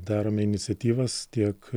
darome iniciatyvas tiek